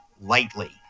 lightly